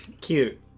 Cute